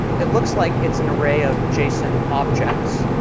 it looks like it's an array of json objects,